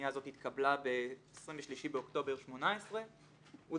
הפנייה הזאת התקבלה ב-23 באוקטובר 2018. הוא